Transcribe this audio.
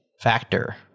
factor